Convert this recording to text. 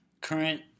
current